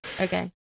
Okay